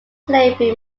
slavery